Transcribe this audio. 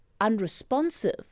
unresponsive